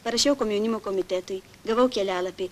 parašiau komjaunimo komitetui gavau kelialapį